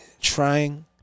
trying